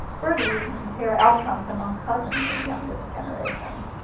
further, we can compare outcomes among cousins in the youngest generation.